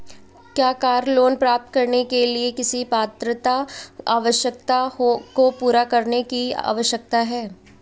क्या car loan प्राप्त करने के लिए किसी पात्रता आवश्यकता को पूरा करने की आवश्यकता है?